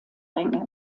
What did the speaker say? ränge